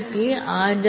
a r